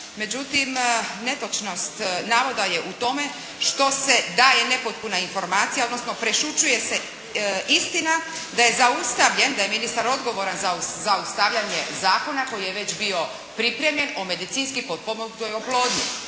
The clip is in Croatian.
Međutim, netočnost navoda je u tome što se daje nepotpuna informacija odnosno prešućuje se istina da je zaustavljen, da je ministar odgovoran za zaustavljanje zakona koji je već bio pripremljen o medicinski potpomognutoj oplodnji.